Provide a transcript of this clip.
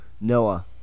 noah